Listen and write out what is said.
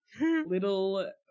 Little